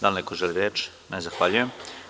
Da li neko želi reč? (Ne.) Zahvaljujem.